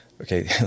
Okay